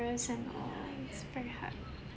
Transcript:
and all is very hard